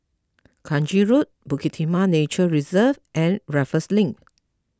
Kranji Road Bukit Timah Nature Reserve and Raffles Link